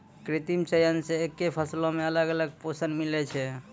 कृत्रिम चयन से एक्के फसलो मे अलग अलग पोषण मिलै छै